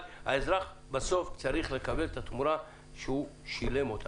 האזרח צריך לקבל את מה שהוא שילם.